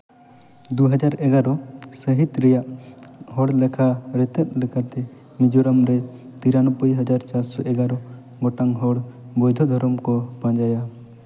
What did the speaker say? ᱫᱩᱦᱟᱡᱟᱨ ᱮᱜᱟᱨᱚ ᱥᱟᱹᱦᱤᱛ ᱨᱮᱭᱟᱜ ᱦᱚᱲ ᱞᱮᱠᱷᱟ ᱨᱮᱛᱮᱫ ᱞᱮᱠᱟᱛᱮ ᱢᱤᱡᱳᱨᱟᱢ ᱨᱮ ᱛᱤᱨᱟᱱᱚᱵᱵᱳᱭ ᱦᱟᱡᱟᱨ ᱪᱟᱨᱥᱚ ᱮᱜᱟᱨᱚ ᱜᱚᱴᱟᱝ ᱦᱚᱲ ᱵᱮᱳᱫᱫᱷᱚ ᱫᱷᱚᱨᱚᱢ ᱠᱚ ᱯᱟᱸᱡᱟᱭᱟ